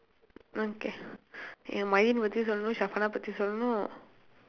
okay எனக்கு:enakku miyurin பத்தி சொல்லனும்:paththi sollanum shafeenah பத்தி சொல்லனும்:paththi sollanum